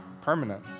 permanent